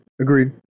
agreed